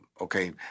okay